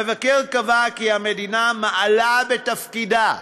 המבקר קבע כי המדינה מעלה בתפקידה.